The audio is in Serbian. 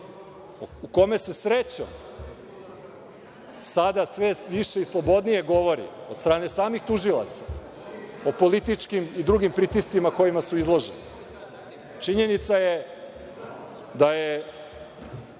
u kome se srećom sada sve više i slobodnije govori od strane samih tužilaca, o političkim i drugim pritiscima kojima su izloženi. Činjenica je da je